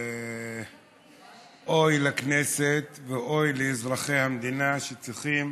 ואוי לכנסת ואוי לאזרחי המדינה שצריכים